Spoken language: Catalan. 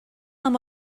amb